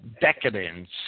decadence